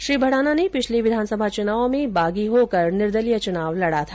श्री भडाना ने पिछले विधानसभा चुनाव में बागी होकर निर्दलीय चुनाव लडा था